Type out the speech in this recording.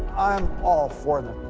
i'm all for them.